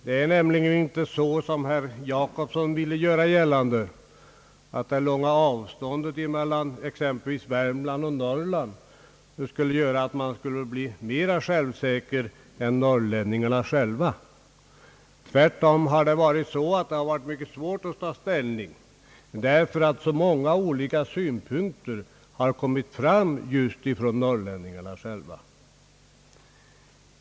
Det är nämligen inte så, som herr Jacobsson vill göra gällande, att det långa avståndet mellan Värmland och Norrland skulle göra att man blir mera självsäker än norrlänningarna själva. Tvärtom har det varit mycket svårt att ta ställning, just därför att så många olika synpunkter har kommit fram just från norrlänningarna själva.